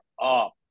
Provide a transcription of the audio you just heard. up